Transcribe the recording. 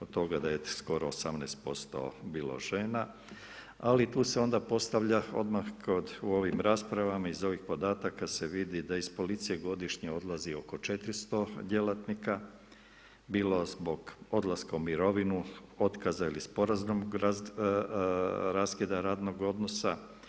Od toga da je skoro 18% bilo žena, ali tu se onda postavlja odmah u ovim raspravama iz ovih podataka se vidi da iz policije godišnje odlazi oko 400 djelatnika bilo zbog odlaska u mirovinu, otkaza ili sporazum raskida radnog odnosa.